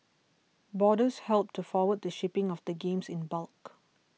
boarders helped to forward the shipping of the games in bulk